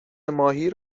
ماهی